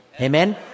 Amen